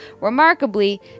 remarkably